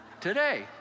today